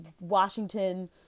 Washington